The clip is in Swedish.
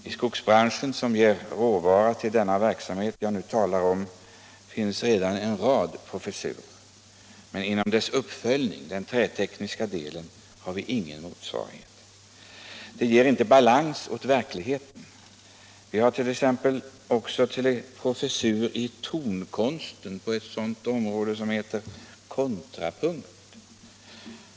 I skogsbranschen, som ger råvaran till den verksamhet jag nu talar om, finns en rad professurer, men inom dess uppföljning — den trätekniska delen — har vi ingen motsvarighet. Detta ger inte balans åt verkligheten. Vi har också en professur inom tonkonsten, i ett ämne som heter kontrapunkt.